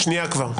שנייה כבר.